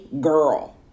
girl